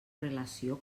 relació